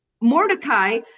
Mordecai